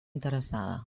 interessada